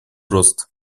рост